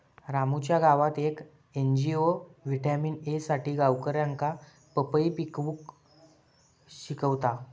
रामूच्या गावात येक एन.जी.ओ व्हिटॅमिन ए साठी गावकऱ्यांका पपई पिकवूक शिकवता